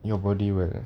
your body why